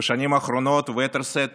בשנים האחרונות, וביתר שאת